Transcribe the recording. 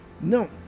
no